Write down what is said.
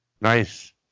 Nice